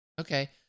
Okay